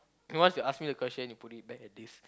once you ask me the question you put it back at this